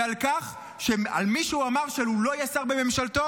ועל כך שעל מי שהוא אמר שהוא לא יהיה שר בממשלתו,